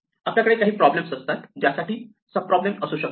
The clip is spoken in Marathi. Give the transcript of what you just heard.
आपल्याकडे काही प्रॉब्लेम्स असतात जा साठी सब प्रॉब्लेम असू शकतात